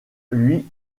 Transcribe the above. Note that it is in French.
lui